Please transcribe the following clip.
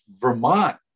Vermont